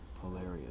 hilarious